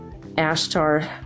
Ashtar